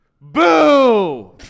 Boo